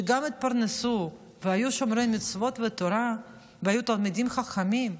שגם התפרנסו והיו שומרי מצוות ותורה והיו תלמידי חכמים.